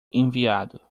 enviado